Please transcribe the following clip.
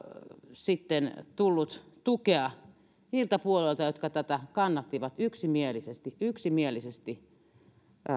sitten tullut tukea niiltä puolueilta jotka tätä kannattivat yksimielisesti yksimielisesti